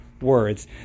words